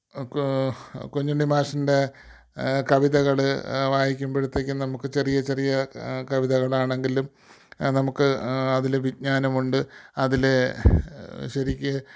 ക് കുഞ്ഞുണ്ണി മാഷിൻറെ കവിതകൾ വായിക്കുമ്പോഴത്തേക്കും നമുക്ക് ചെറിയ ചെറിയ കവിതകളാണെങ്കിലും നമുക്ക് അതിൽ വിജ്ഞാനമുണ്ട് അതിൽ ശരിക്ക്